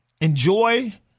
enjoy